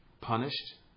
punished